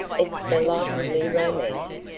it's delightfully romantic,